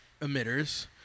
emitters